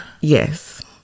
Yes